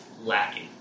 lacking